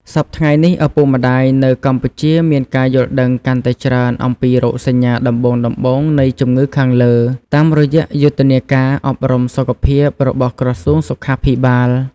សព្វថ្ងៃនេះ ឪពុកម្ដាយនៅកម្ពុជាមានការយល់ដឹងកាន់តែច្រើនអំពីរោគសញ្ញាដំបូងៗនៃជម្ងឹខាងលើ តាមរយៈយុទ្ធនាការអប់រំសុខភាពរបស់ក្រសួងសុខាភិបាល។